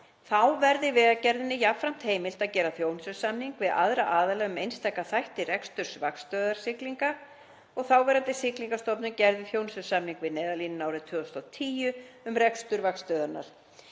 Þá verði Vegagerðinni jafnframt heimilt að gera þjónustusamning við aðra aðila um einstaka þætti reksturs vaktstöðvar siglinga. Þáverandi Siglingastofnun gerði þjónustusamning við Neyðarlínuna árið 2010 um rekstur vaktstöðvarinnar